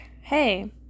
hey